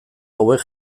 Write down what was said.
hauek